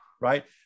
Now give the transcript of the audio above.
right